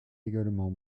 également